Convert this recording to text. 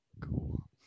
Cool